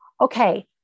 okay